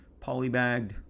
Polybagged